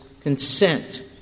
consent